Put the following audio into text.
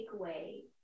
takeaway